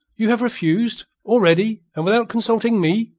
you have refuse' already and without consulting me?